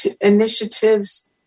initiatives